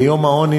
ביום העוני,